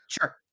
sure